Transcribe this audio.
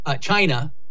China